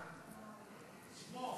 בחוֹלָם.